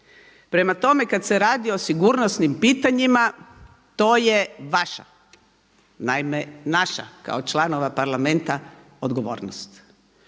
Prema tome, kada se radi o sigurnosnim pitanjima to je vaša, naime naša kao članova parlamenta odgovornost.